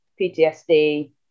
PTSD